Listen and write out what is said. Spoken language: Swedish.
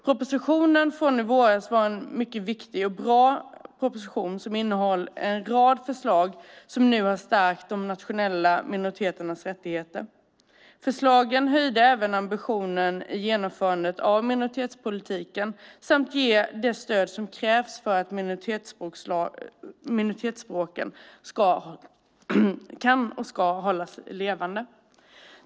Propositionen från i våras var en mycket viktig och bra proposition som innehöll en rad förslag som nu har stärkt de nationella minoriteternas rättigheter. Förslagen höjde även ambitionen i genomförandet av minoritetspolitiken samt ger det stöd som krävs för att minoritetsspråken kan och ska hållas levande.